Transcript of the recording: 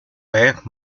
vez